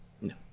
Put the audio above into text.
No